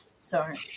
sorry